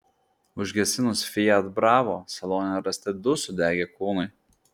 užgesinus fiat bravo salone rasti du sudegę kūnai